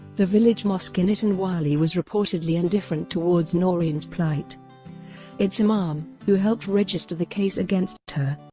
the village mosque in ittan wali was reportedly indifferent towards noreen's plight its imam, who helped register the case against her,